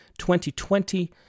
2020